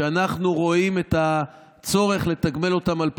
שאנחנו רואים את הצורך לתגמל אותם על פועלם.